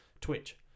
Twitch